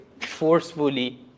forcefully